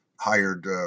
hired